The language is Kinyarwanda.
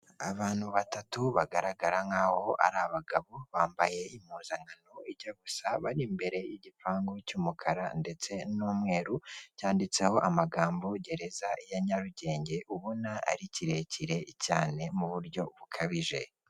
Abantu batatu, bagaragara nkaho ari abagabo, bambaye impuzankano ijya gusa, bari imbere y'igipangu cy'umukara ndetse n'umweru, cyanditseho amagambo "Gereza ya Nyarugenge", ubona ari kirekire cyane mu buryo bukabije.